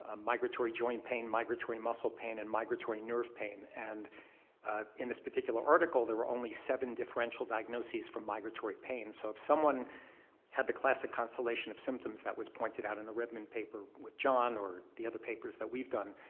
ah migratory joint pain, migratory muscle pain, and migratory nerve pain and in this particular article there were only seven differential diagnoses for migratory pain. so if someone had the classic constellation of symptoms that was pointed out in the redman paper with john or the other papers that we've done